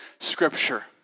Scripture